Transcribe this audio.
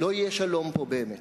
לא יהיה שלום פה באמת.